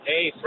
Hey